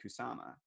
Kusama